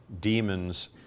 demons